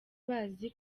bazi